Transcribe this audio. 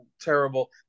terrible